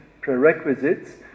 prerequisites